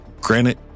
Granite